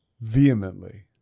Vehemently